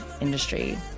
industry